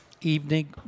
evening